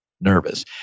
nervous